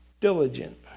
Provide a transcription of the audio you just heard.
Diligent